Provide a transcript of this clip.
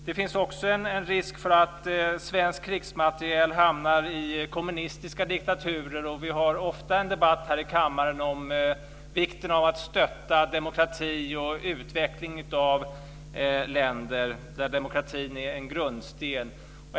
Det finns också en risk att svensk krigsmateriel hamnar i kommunistiska diktaturer. Vi har ofta en debatt här i kammaren om vikten av att stötta demokrati och utveckling av länder där demokratin är en grundsten.